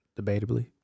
debatably